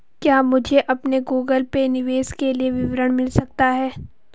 क्या मुझे अपने गूगल पे निवेश के लिए विवरण मिल सकता है?